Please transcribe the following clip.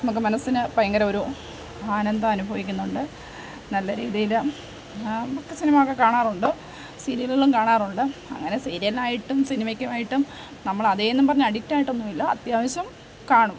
നമുക്ക് മനസ്സിന് ഭയങ്കര ഒരു ആനന്ദം അനുഭവിക്കുന്നുണ്ട് നല്ല രീതിയിൽ മിക്ക സിനിമ ഒക്കെ കാണാറുണ്ട് സീരിയലുകളും കാണാറുണ്ട് അങ്ങനെ സീരിയലിനായിട്ടും സിനിമയ്ക്കുമായിട്ടും നമ്മൾ അതേ എന്ന് പറഞ്ഞ് അഡിക്റ്റ് ആയിട്ടൊന്നുമില്ല അത്യാവശ്യം കാണും